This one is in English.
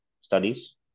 studies